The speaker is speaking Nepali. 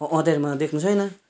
अँध्यारोमा देख्नु छैन